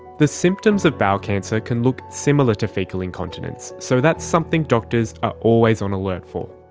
the symptoms of bowel cancer can look similar to faecal incontinence, so that's something doctors are always on alert for.